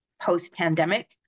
post-pandemic